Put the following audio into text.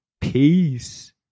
peace